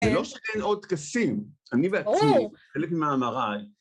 ולא שאין עוד טקסים, אני בעצמי, חלק ממאמרי.